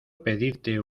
pedirte